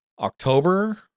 October